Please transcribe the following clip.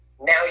now